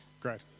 Great